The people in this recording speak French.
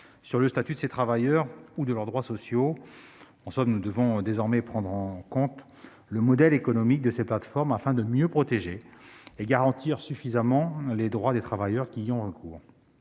sur le statut de ces travailleurs ou sur leurs droits sociaux. En somme, nous devons désormais prendre en compte le modèle économique de ces plateformes, afin de mieux protéger et de garantir suffisamment les droits des travailleurs qui y ont recours.